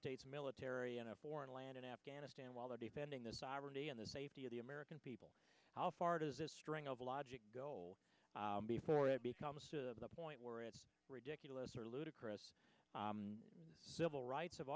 states military in a foreign land in afghanistan while they're defending the sovereignty and the safety of the american people how far does this string of logic goal before it becomes to the point where ridiculous or ludicrous civil rights have